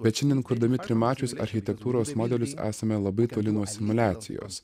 bet šiandien kurdami trimačius architektūros modelius esame labai toli nuo simuliacijos